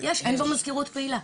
יש, אין בו מזכירות פעילה.